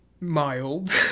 mild